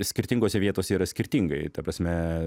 skirtingose vietose yra skirtingai ta prasme